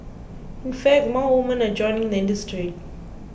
in fact more women are joining the industry